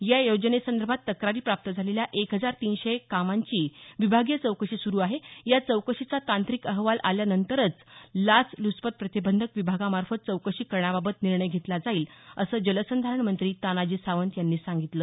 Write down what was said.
या योजनेसंदर्भात तक्रारी प्राप्त झालेल्या एक हजार तीनशे कामांची विभागीय चौकशी सुरू आहे या चौकशीचा तांत्रिक अहवाल आल्यानंतरच लाचलूचपत प्रतिबंधक विभागामार्फत चौकशी करण्याबाबत निर्णय घेतला जाईल असं जलसंधारण मंत्री तानाजी सावंत यांनी सांगितलं